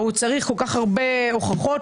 הוא צריך כל כך הרבה הוכחות,